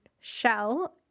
shell